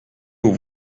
aux